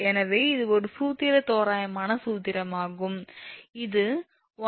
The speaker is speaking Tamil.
எனவே இது ஒரு சூத்திர தோராயமான சூத்திரமாகும் இது 152